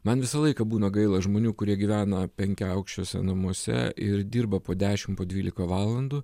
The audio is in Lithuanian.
man visą laiką būna gaila žmonių kurie gyvena penkiaaukščiuose namuose ir dirba po dešim po dvylika valandų